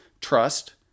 trust